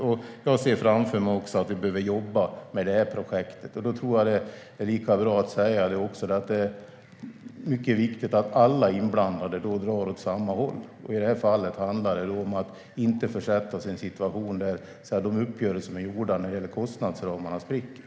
Jag ser också framför mig att vi behöver jobba med det här projektet, och då tror jag att det är lika bra att säga att det är mycket viktigt att alla inblandade drar åt samma håll. I det här fallet handlar det om att inte försätta sig i en situation där de uppgörelser som är gjorda om kostnadsramarna spricker.